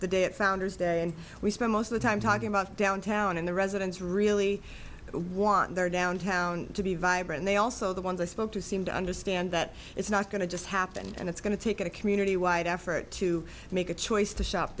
the day at founders day and we spent most of the time talking about downtown and the residents really want their downtown to be vibrant they also the ones i spoke to seem to understand that it's not going to just happen and it's going to take a community wide effort to make a choice to shop